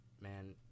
man